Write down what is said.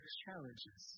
challenges